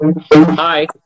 Hi